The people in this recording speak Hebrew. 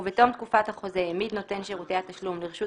ובתום תקופת החוזה העמיד נותן שירותי התשלום לרשות